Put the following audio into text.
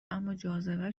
اماجاذبه